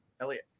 Elliot